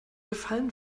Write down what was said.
gefallen